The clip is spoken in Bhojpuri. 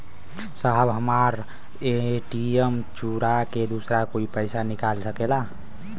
साहब हमार ए.टी.एम चूरा के दूसर कोई पैसा निकाल सकेला?